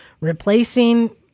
replacing